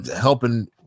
helping